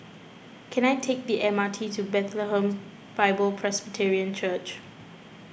can I take the M R T to Bethlehem Bible Presbyterian Church